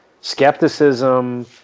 skepticism